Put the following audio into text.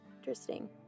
Interesting